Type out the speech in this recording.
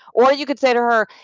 or you could say to her,